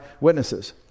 witnesses